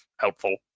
helpful